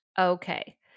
Okay